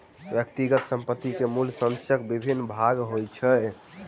व्यक्तिगत संपत्ति के मूल्य संचयक विभिन्न भाग होइत अछि